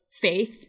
faith